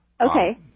Okay